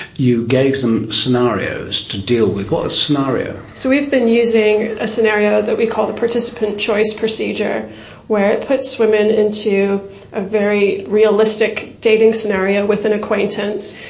you gave them scenarios to deal with. what was the scenario? so we have been using a scenario that we call the participant choice procedure where it puts women into a very realistic dating scenario with an acquaintance,